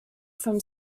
from